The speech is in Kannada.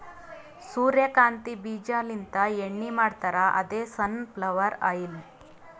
ಸೂರ್ಯಕಾಂತಿ ಬೀಜಾಲಿಂತ್ ಎಣ್ಣಿ ಮಾಡ್ತಾರ್ ಅದೇ ಸನ್ ಫ್ಲವರ್ ಆಯಿಲ್